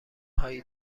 هایی